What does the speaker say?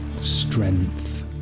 strength